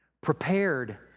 prepared